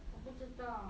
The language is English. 我不知道